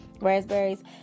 raspberries